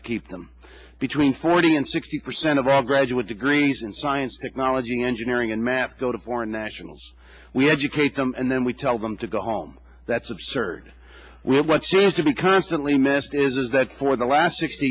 to keep them between forty and sixty percent of all graduate degrees in science technology engineering and math go to foreign nationals we educate them and then we tell them to go home that's absurd we have what seems to be constantly missed is that for the last sixty